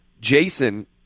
Jason